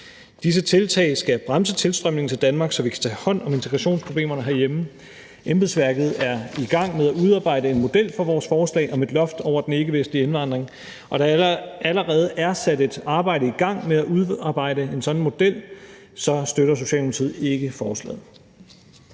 Disse tiltag skal bremse tilstrømningen til Danmark, så vi kan tage hånd om integrationsproblemerne herhjemme. Embedsværket er i gang med at udarbejde en model for vores forslag om et loft over den ikkevestlige indvandring, og da der allerede er sat et arbejde i gang med at udarbejde en sådan model, så støtter Socialdemokratiet ikke forslaget.